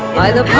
by the